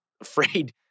afraid